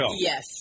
Yes